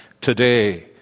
Today